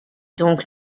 donc